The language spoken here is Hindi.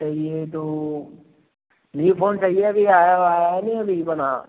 चाहिए तो न्यू फोन चाहिए अभी आया वो आया नहीं अभी बना